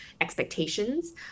expectations